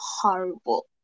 horrible